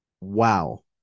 wow